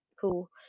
cool